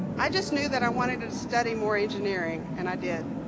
i just knew that i wanted to study more engineering and i did.